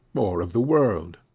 or of the world.